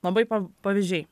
labai pa pavyzdžiai